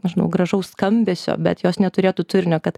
nežinau dėl gražaus skambesio bet jos neturėtų turinio kad